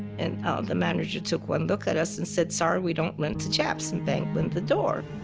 and ah the manager took one look at us and said, sorry, we don't rent to japs, and bang went the door.